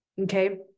Okay